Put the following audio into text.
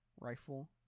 rifle